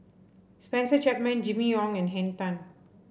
Spencer Chapman Jimmy Ong and Henn Tan